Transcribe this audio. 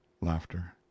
Laughter